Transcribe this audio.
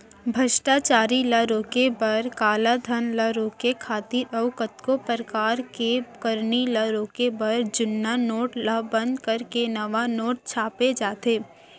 भस्टाचारी ल रोके बर, कालाधन ल रोके खातिर अउ कतको परकार के करनी ल रोके बर जुन्ना नोट ल बंद करके नवा नोट छापे जाथे